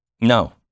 No